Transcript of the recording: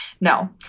No